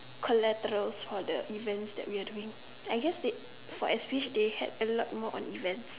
collaterals for the events that we are doing I guess it for S_P_H they had a lot more on events